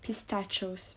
pistachios